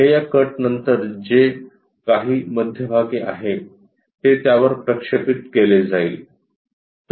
हे या कट नंतर हे जे काही मध्यभागी आहे ते त्यावर प्रक्षेपित केले जाईल